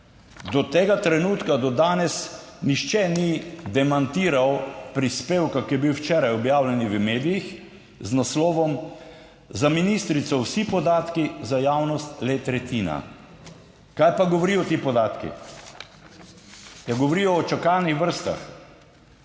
Do tega trenutka, do danes nihče ni demantiral prispevka, ki je bil včeraj objavljen v medijih z naslovom Za ministrico vsi podatki, za javnost le tretjina. Kaj pa govorijo ti podatki? Ja, govorijo o čakalnih vrstah.